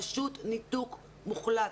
פשוט ניתוק מוחלט.